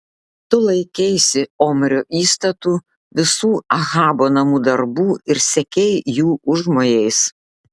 tu laikeisi omrio įstatų visų ahabo namų darbų ir sekei jų užmojais